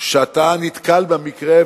בעניין שאתה נתקל בו במקרה,